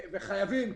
וחייבים.